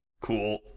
Cool